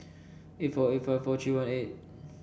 eight four eight five four three one eight